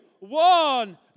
One